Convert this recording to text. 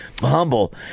humble